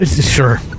Sure